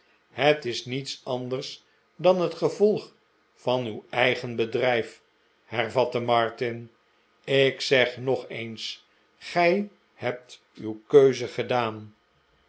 het is niets anders dan het gevolg van uw eigen bedrijf hervatte martin ik zeg nog eens gij hebt uw keuze gedaan